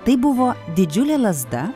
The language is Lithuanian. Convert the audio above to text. tai buvo didžiulė lazda